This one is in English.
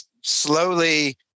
slowly